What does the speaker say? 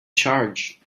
charge